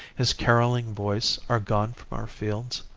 his carolling voice are gone from our fields?